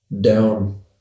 down